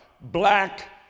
Black